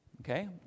Okay